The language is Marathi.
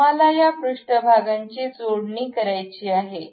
आम्हाला या पृष्ठभागांची जोडणी करायची आहे